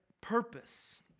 purpose